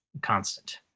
constant